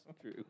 true